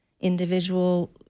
individual